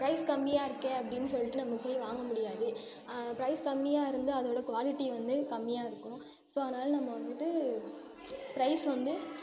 price கம்மியாக இருக்கே அப்படின்னு சொல்லிட்டு நம்ம போய் வாங்க முடியாது ப்ரைஸ் கம்மியாக இருந்தால் அதோடய க்வாலிட்டி வந்து கம்மியாக இருக்கும் ஸோ அதனால் நம்ம வந்துவிட்டு ப்ரைஸ் வந்து